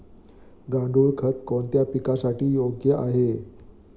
गांडूळ खत कोणत्या पिकासाठी योग्य आहे?